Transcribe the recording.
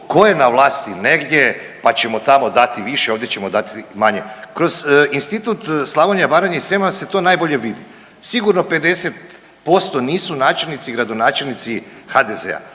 tko je na vlasti negdje pa ćemo tamo dati više, ovdje ćemo dati manje. Kroz institut Slavonija, Baranja i Srijem vam se to najbolje vidi. Sigurno 50% nisu načelnici i gradonačelnici HDZ-a.